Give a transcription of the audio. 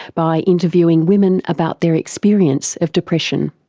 by interviewing women about their experience of depression.